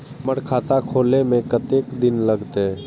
हमर खाता खोले में कतेक दिन लगते?